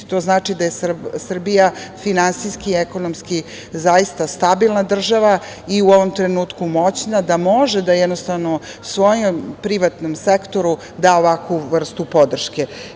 To znači da je Srbija finansijski i ekonomski zaista stabilna država i u ovom trenutku moćna da može da, jednostavno, svom privatnom sektoru da ovakvu vrstu podrške.